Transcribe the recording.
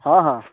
हाँ हाँ